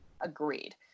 agreed